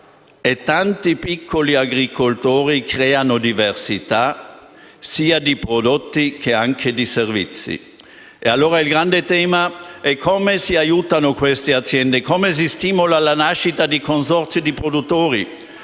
e tanti piccoli agricoltori creano diversità sia di prodotti sia di servizi. Il grande tema, allora, è come si aiutano queste aziende, come si stimola la nascita di consorzi di produttori;